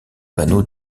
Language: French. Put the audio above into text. panneaux